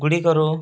ଗୁଡ଼ିକରୁ